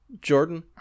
jordan